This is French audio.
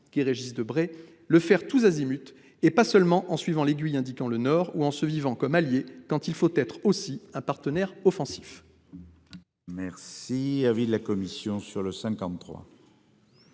qu'est Régis Debray, « tous azimuts », et pas seulement en suivant l'aiguille indiquant le nord ou en se vivant comme allié quand il faut aussi être un partenaire offensif.